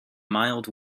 mild